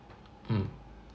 mm